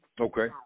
Okay